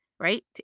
Right